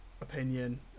opinion